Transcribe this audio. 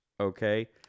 Okay